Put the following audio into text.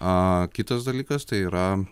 a kitas dalykas tai yra